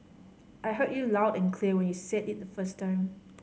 I heard you loud and clear when you said it the first time